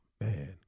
Man